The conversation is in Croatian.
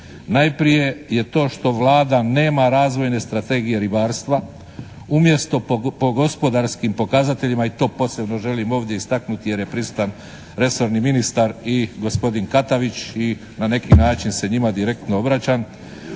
Najprije je to što Vlada nema razvojne strategije ribarstva umjesto po gospodarskim pokazateljima i to posebno želim ovdje istaknuti jer je prisutan resorni ministar i gospodin Katavić i na neki način se njima direktno obraćam.